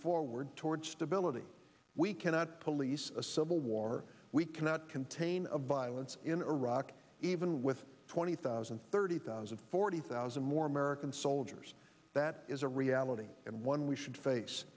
forward toward stability we cannot police a civil war we cannot contain of violence in iraq even with twenty thousand thirty thousand forty thousand more american soldiers that is a reality and one we should face